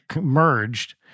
merged